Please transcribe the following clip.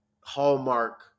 hallmark